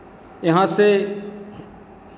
यहाँ से